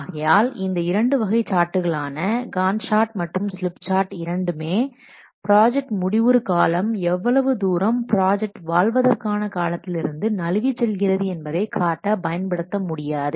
ஆகையால் இந்த இரண்டு வகை சார்ட்டுகளான காண்ட் சார்ட் மற்றும் ஸ்லிப் சார்ட் இரண்டுமே ப்ராஜெக்ட் முடிவுறும் காலம் எவ்வளவு தூரம் ப்ராஜெக்ட் வாழ்வதற்கான காலத்திலிருந்து நழுவிச் செல்கிறது என்பதை காட்ட பயன்படுத்த முடியாது